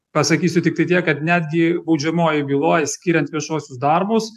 pasakysiu tiktai tiek kad netgi baudžiamojoj byloj skiriant viešuosius darbus